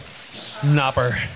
snapper